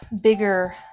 bigger